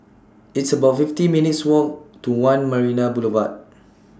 It's about fifty minutes' Walk to one Marina Boulevard